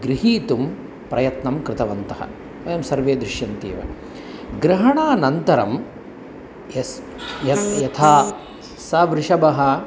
गृहीतुं प्रयत्नं कृतवन्तः वयं सर्वे दृश्यन्ते एव ग्रहणानन्तरं यस्य यथा सः वृषभः